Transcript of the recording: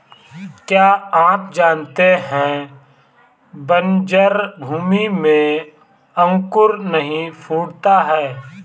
क्या आप जानते है बन्जर भूमि में अंकुर नहीं फूटता है?